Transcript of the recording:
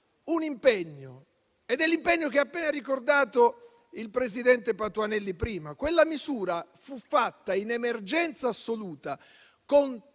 scolpito l'impegno che ha appena ricordato il presidente Patuanelli. Quella misura fu fatta in emergenza assoluta,